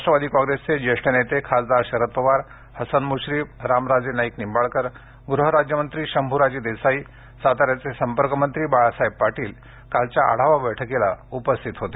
राष्ट्रवादी कॉंग्रेसचे ज्येष्ठ नेते खासदार पवार हसन मुश्रीफ रामराजे नाईक निंबाळकर गृहराज्य मंत्री शंभूराज देसाई सातार्याचे संपर्कमंत्री बाळासाहेब पाटील कालच्या आढावा बैठकीला उपस्थित होते